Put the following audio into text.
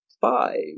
five